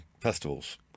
festivals